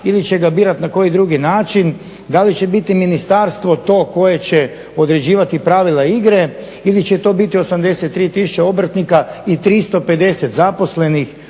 ili će ga birati na koji drugi način. Da li će biti ministarstvo to koje će određivati pravila igre ili će to biti 83 tisuće obrtnika i 350 zaposlenih